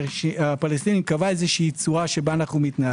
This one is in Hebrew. לפלסטינים קבע צורה שבה אנו מתנהלים.